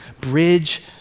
bridge